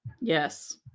Yes